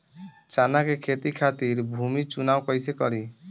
चना के खेती खातिर भूमी चुनाव कईसे करी?